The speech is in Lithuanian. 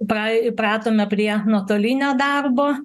pai įpratome prie nuotolinio darbo